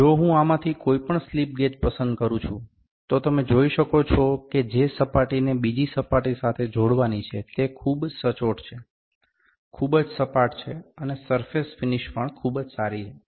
જો હું આ માંથી કોઈ પણ સ્લિપ ગેજ પસંદ કરું છું તો તમે જોઈ શકો છો કે જે સપાટી ને બીજી સપાટી સાથે જોડવાની છે તે ખૂબ જ સચોટ છે ખૂબ જ સપાટ છે અને સરફેસ ફિનિશ પણ ખૂબ જ સારી છે